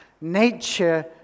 nature